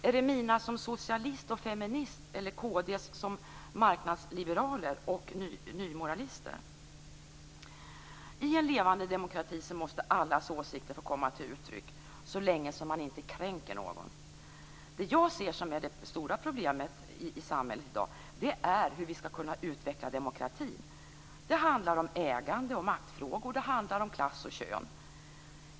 Är det mina som socialist och feminist, eller kd:s som marknadsliberaler och nymoralister? I en levande demokrati måste allas åsikter få komma till uttryck, så länge som någon inte kränks. Det stora problemet i samhället i dag är hur demokratin skall utvecklas. Det handlar om ägande och maktfrågor. Det handlar om klass och kön.